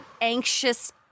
anxious